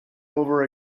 over